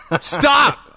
Stop